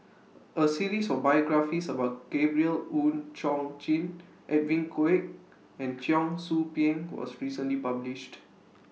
A series of biographies about Gabriel Oon Chong Jin Edwin Koek and Cheong Soo Pieng was recently published